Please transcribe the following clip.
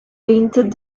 painted